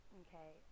okay